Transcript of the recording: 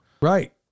right